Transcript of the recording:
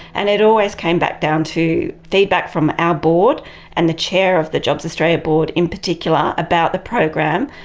and it always came back down to feedback from our ah board and the chair of the jobs australia board in particular about the program,